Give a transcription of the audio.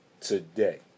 today